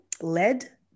led